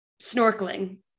snorkeling